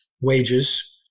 wages